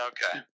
Okay